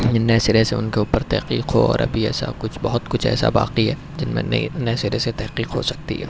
نئے سرے سے ان کے اوپر تحقیق ہو ابھی ایسا کچھ بہت کچھ ایسا باقی ہے جن میں نئی نئے سرے سے تحقیق ہو سکتی ہے